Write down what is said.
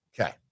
Okay